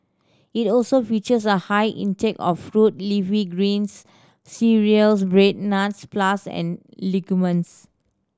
it also features a high intake of fruit leafy greens cereals bread nuts plus and legumes